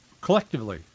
collectively